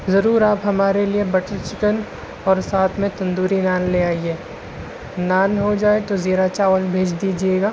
ضرور آپ ہمارے لیے بٹر چکن اور ساتھ میں تندوری نان لے آئیے نان ہو جائے تو زیرہ چاول بھیج دیجیے گا